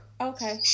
okay